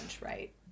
right